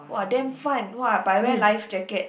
!wah! damn fun !wah! but wear life jacket